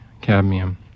cadmium